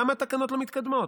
למה התקנות לא מתקדמות?